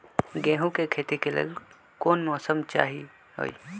गेंहू के खेती के लेल कोन मौसम चाही अई?